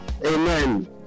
amen